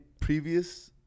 previous